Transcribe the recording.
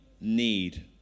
need